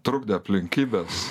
trukdė aplinkybės